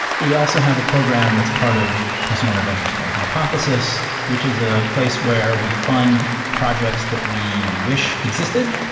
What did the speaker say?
we also have a program that's part of preston-warner ventures called hypothesis, hypothesis, which is a place where we fund projects that we wish existed,